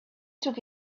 took